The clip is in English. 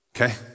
okay